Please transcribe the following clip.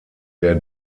der